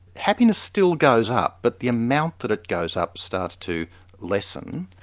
happiness still goes up, but the amount that it goes up starts to lessen.